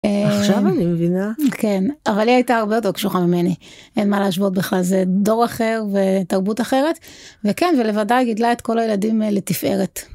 עכשיו אני מבינה כן אבל היא הייתה הרבה יותר קשוחה ממני אין מה להשוות בכלל זה דור אחר ותרבות אחרת וכן ולבדה היא גידלה את כל הילדים לתפארת.